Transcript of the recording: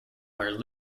where